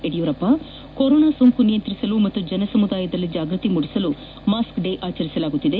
Yediyurappa corona ಸೋಂಕು ನಿಯಂತಿಸಲು ಹಾಗೂ ಜನ ಸಮುದಾಯದಲ್ಲಿ ಜಾಗೃತಿ ಮೂಡಿಸಲು ಮಾಸ್ಕ್ ಡೇ ಆಚರಿಸಲಾಗುತ್ತಿದೆ